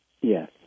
Yes